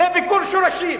זה ביקור שורשים.